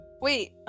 wait